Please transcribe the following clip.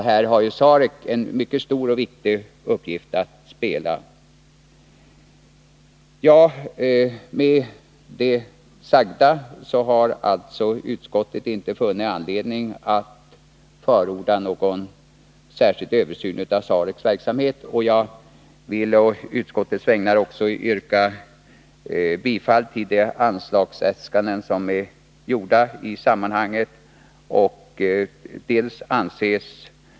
Här har ju SAREC en mycket stor och viktig uppgift att fylla. Utskottet har inte funnit anledning att förorda någon särskild översikt av SAREC:s verksamhet. Med det sagda vill jag på utskottets vägnar också yrka bifall till utskottets förslag i sammanhanget.